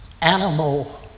animal